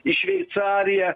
į šveicariją